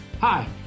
Hi